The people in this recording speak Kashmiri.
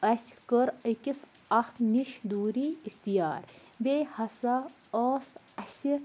اسہِ کٔر أکِس اکھ نِش دوری اختیار بیٚیہِ ہَسا ٲس اسہِ